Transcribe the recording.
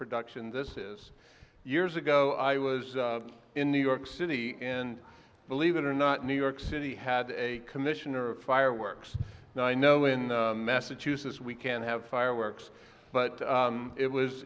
production this is years ago i was in new york city and believe it or not new york city had a commissioner fireworks now i know in massachusetts we can have fireworks but it was